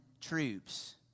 troops